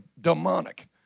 demonic